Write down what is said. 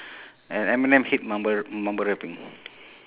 and eminem hate mumble mumble rapping